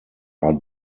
are